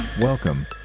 Welcome